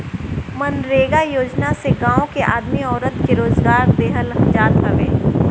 मनरेगा योजना से गांव के आदमी औरत के रोजगार देहल जात हवे